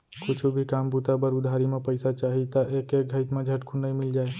कुछु भी काम बूता बर उधारी म पइसा चाही त एके घइत म झटकुन नइ मिल जाय